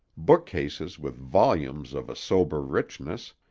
bookcases with volumes of a sober richness,